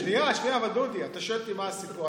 שנייה, שנייה, אבל דודי, אתה שואל אותי מה הסיפור.